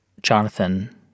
Jonathan